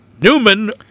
Newman